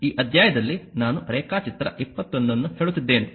ಈ ಅಧ್ಯಾಯದಲ್ಲಿ ನಾನು ರೇಖಾಚಿತ್ರ 21 ಅನ್ನು ಹೇಳುತ್ತಿದ್ದೇನೆ